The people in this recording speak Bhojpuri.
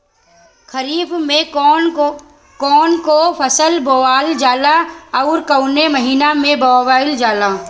खरिफ में कौन कौं फसल बोवल जाला अउर काउने महीने में बोवेल जाला?